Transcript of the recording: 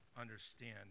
understand